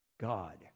God